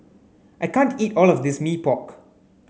I can't eat all of this Mee Pok